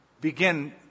begin